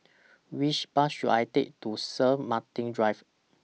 Which Bus should I Take to Saint Martin's Drive